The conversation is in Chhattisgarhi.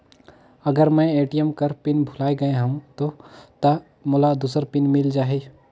अगर मैं ए.टी.एम कर पिन भुलाये गये हो ता मोला दूसर पिन मिल जाही?